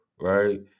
right